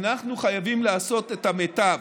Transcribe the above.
אנחנו חייבים לעשות את המיטב.